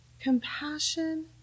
Compassion